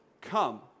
come